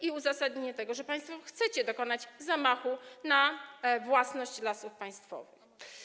i uzasadnienie tego, że państwo chcecie dokonać zamachu na własność Lasów Państwowych.